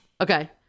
okay